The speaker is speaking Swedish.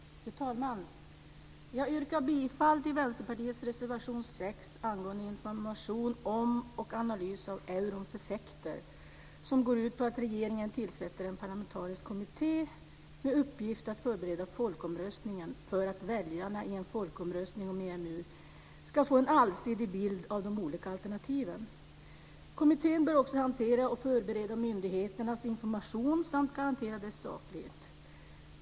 Jag yrkar bifall till Vänsterpartiets reservation 6 angående information om och analys av eurons effekter och som går ut på att regeringen tillsätter en parlamentarisk kommitté med uppgift att förbereda folkomröstningen för att väljarna i en folkomröstning om EMU ska få en allsidig bild av de olika alternativen. Kommittén bör också hantera och förbereda myndigheternas information samt garantera deras saklighet.